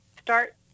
start